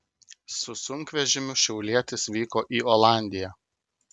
su sunkvežimiu šiaulietis vyko į olandiją